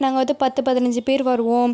நாங்கள் வந்து பத்து பதினஞ்சு பேர் வருவோம்